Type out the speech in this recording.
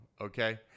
Okay